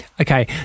Okay